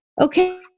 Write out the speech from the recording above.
Okay